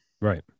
Right